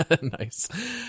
Nice